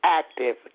active